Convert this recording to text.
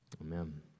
amen